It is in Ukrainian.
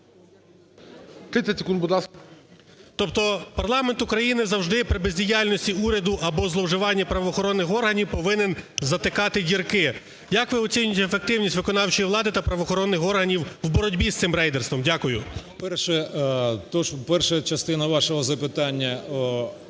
Тобто парламент України завжди при бездіяльності уряду або зловживанні правоохоронних органів повинен затикати дірки. Як ви оцінюєте ефективність виконавчої влади та правоохоронних органів в боротьбі з цим рейдерством? Дякую. 16:23:07 БАКУМЕНКО